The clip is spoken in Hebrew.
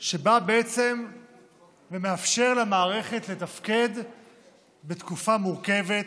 שבא ומאפשר למערכת לתפקד בתקופה מורכבת,